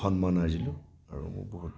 সন্মান আৰ্জিলোঁ আৰু বহুত